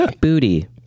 Booty